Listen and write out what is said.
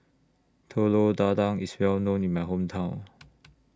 Telur Dadah IS Well known in My Hometown